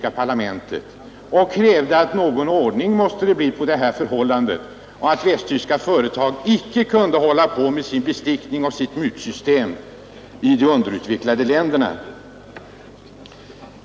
Han krävde att det måste bli någon ordning på dessa missförhållanden samt att västtyska företag inte skulle få hålla på med sin bestickning och sitt mutsystem i de underutvecklade länderna.